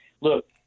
Look